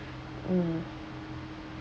mm